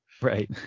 Right